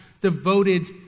devoted